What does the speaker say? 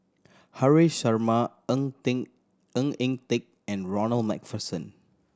Haresh Sharma Ng Teng Ng Eng Teng and Ronald Macpherson